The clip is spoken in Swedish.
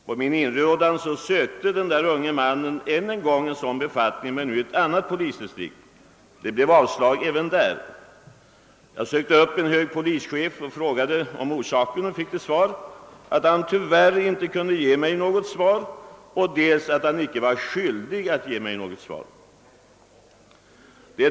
På min inrådan sökte denne unge man ännu en gång en sådan befattning men nu i ett annat polisdistrikt. Det blev avslag även där. Jag sökte upp en hög polischef, frågade om orsaken och fick till svar att han tyvärr inte kunde ge mig något svar och att han inte heller var skyldig att ge mig något svar.